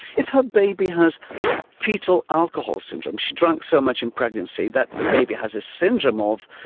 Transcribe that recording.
if her baby has foetal alcohol syndrome she drank so much in pregnancy that the baby has a syndrome of,